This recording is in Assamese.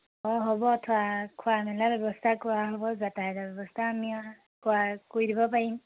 অঁ হ'ব থোৱা খোৱা মেলা ব্যৱস্থা কৰা হ'ব যাতায়তৰ ব্যৱস্থা আমি কৰা কৰি দিব পাৰিম